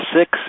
six